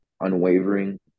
unwavering